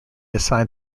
assigned